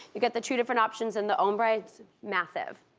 you get the two different options and the own braid's massive.